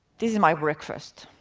this was my breakfast.